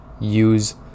use